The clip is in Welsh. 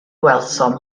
gwelsom